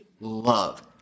love